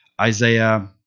Isaiah